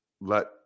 let